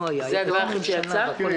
זה לא עודפים, זו העברה.